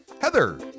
Heather